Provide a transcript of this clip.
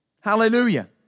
Hallelujah